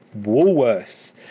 Woolworths